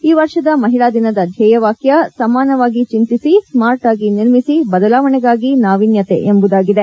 ಈ ವರ್ಷದ ಮಹಿಳಾ ದಿನದ ಧ್ಯೇಯವಾಕ್ಯ ಸಮಾನವಾಗಿ ಚಿಂತಿಸಿ ಸ್ಮಾರ್ಟ್ ಆಗಿ ನಿರ್ಮಿಸಿ ಬದಲಾವಣೆಗಾಗಿ ನಾವಿನ್ಣತೆ ಎಂಬುದಾಗಿದೆ